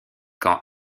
quand